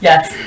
yes